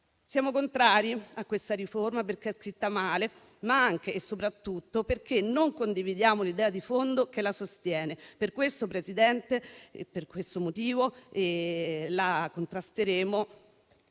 Siamo contrari a questa riforma perché è scritta male, ma anche e soprattutto perché non condividiamo l'idea di fondo che la sostiene. Per questo motivo, Presidente, la contrasteremo